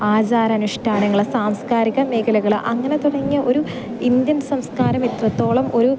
ആചാരാനുഷ്ഠാനങ്ങള് സാംസ്കാരിക മേഖലകൾ അങ്ങനെ തുടങ്ങിയ ഒരു ഇന്ത്യൻ സംസ്കാരം എത്രത്തോളം ഒരു